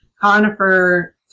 conifer